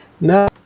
No